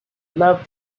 love